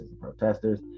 protesters